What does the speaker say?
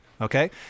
Okay